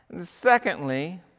Secondly